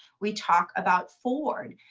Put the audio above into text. we talk about ford.